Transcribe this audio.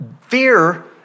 fear